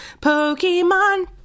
Pokemon